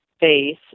base